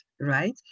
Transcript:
right